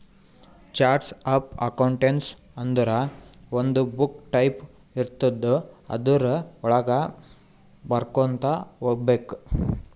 charts of accounts ಅಂದುರ್ ಒಂದು book type ಇರ್ತುದ್ ಅದುರ್ ವಳಾಗ ಬರ್ಕೊತಾ ಹೋಗ್ಬೇಕ್